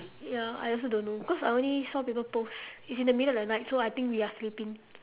ya I also don't know cause I only saw people post it's in the middle of the night so I think we are sleeping